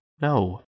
No